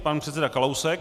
Pan předseda Kalousek.